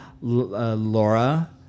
Laura